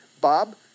Bob